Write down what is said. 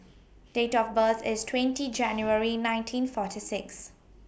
Date of birth IS twenty January nineteen forty six